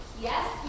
yes